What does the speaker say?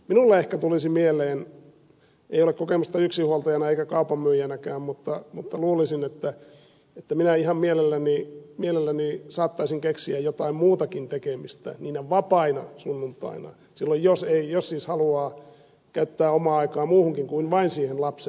minulle ehkä tulisi mieleen ei ole kokemusta yksinhuoltajana eikä kaupan myyjänäkään mutta luulisin että minä ihan mielelläni saattaisin keksiä jotain muutakin tekemistä niinä vapaina sunnuntaina silloin jos siis haluaa käyttää omaa aikaa muuhunkin kuin vain siihen lapsen hoitoon